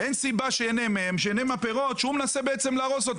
אין סיבה שייהנה מהם וייהנה מהפירות שהוא מנסה להרוס.